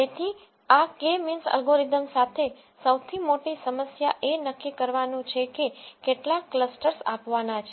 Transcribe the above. તેથી આ K means algorithm સાથે સૌથી મોટી સમસ્યા એ નક્કી કરવાનું છે કે કેટલા ક્લસ્ટરસ આપવાના છે